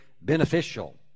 beneficial